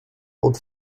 old